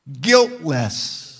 guiltless